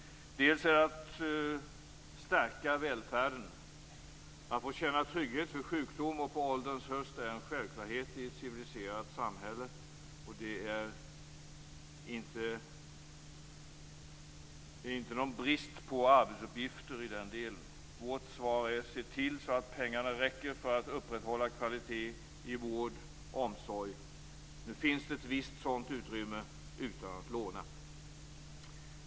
Vi anser också att man skall stärka välfärden. Att få känna trygghet vid sjukdom och på ålderns höst är en självklarhet i ett civiliserat samhälle. Det är inte någon brist på arbetsuppgifter i den delen. Vårt svar är att man skall se till att pengarna räcker för att upprätthålla kvalitet i vård och omsorg. Nu finns det ett visst sådant utrymme utan att man lånar.